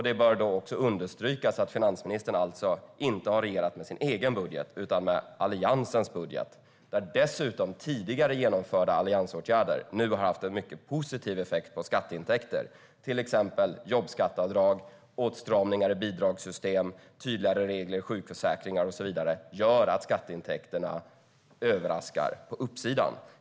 Det bör då understrykas att finansministern alltså inte har regerat med sin egen budget utan med Alliansens och att tidigare genomförda alliansåtgärder har haft en mycket positiv effekt på skatteintäkter. Till exempel jobbskatteavdrag, åtstramningar i bidragssystem, tydligare regler i sjukförsäkringar och så vidare gör alltså att skatteintäkterna överraskar på uppsidan.